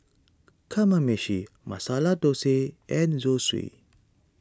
Kamameshi Masala Dosa and Zosui